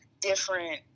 different